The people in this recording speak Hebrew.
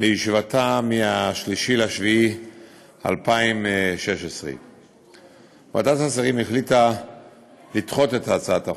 בישיבתה ב-3 ביולי 2016. ועדת השרים החליטה לדחות את הצעת החוק.